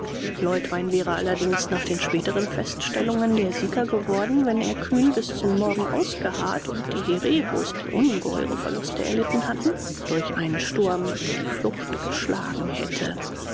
leutwein wäre allerdings nach den späteren feststellungen der sieger geworden wenn er kühn bis zum morgen ausgeharrt und die hereros die ungeheure verluste erlitten hatten durch einen sturm in die flucht geschlagen hätte